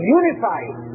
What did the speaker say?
unified